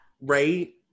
Right